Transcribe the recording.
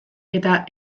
eta